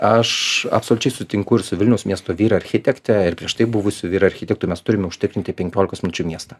aš absoliučiai sutinku ir su vilniaus miesto vyr architekte ir prieš tai buvusiu vyr architektu mes turime užtikrinti penkiolikos minučių miestą